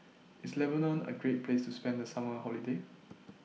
IS Lebanon A Great Place to spend The Summer Holiday